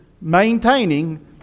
maintaining